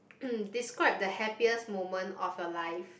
hmm describe the happiest moment of your life